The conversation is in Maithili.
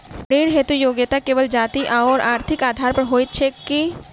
ऋण हेतु योग्यता केवल जाति आओर आर्थिक आधार पर होइत छैक की?